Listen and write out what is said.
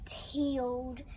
healed